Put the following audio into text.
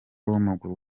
w’amaguru